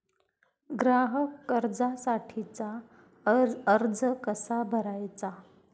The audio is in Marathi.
ग्राहक कर्जासाठीचा अर्ज कसा भरायचा?